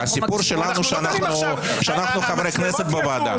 הסיפור שלנו שאנחנו חברי כנסת בוועדה.